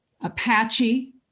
Apache